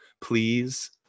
please